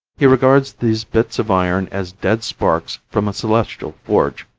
he regards these bits of iron as dead sparks from a celestial forge,